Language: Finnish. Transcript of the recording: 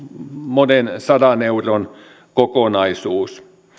monen sadan euron kokonaisuus